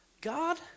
God